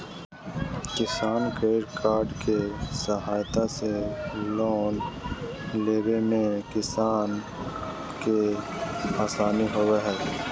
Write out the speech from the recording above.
किसान credit card के सहायता से लोन लेवय मे किसान के आसानी होबय हय